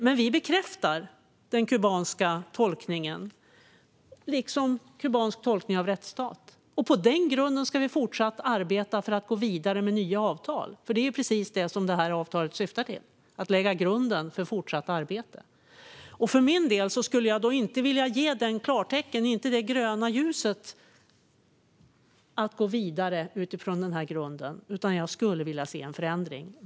Avtalet bekräftar också den kubanska tolkningen av rättsstaten. På den grunden ska vi fortsätta att arbeta för att gå vidare med nya avtal. Det är precis det som det här avtalet syftar till: att lägga grunden för fortsatt arbete. För min del skulle jag inte vilja ge detta klartecken, detta gröna ljus för att gå vidare utifrån den här grunden, utan jag skulle vilja se en förändring.